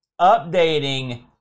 updating